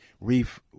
Reef